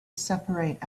separate